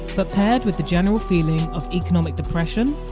but paired with the general feeling of economic depression?